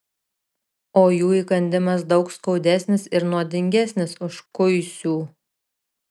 o jų įkandimas daug skaudesnis ir nuodingesnis už kuisių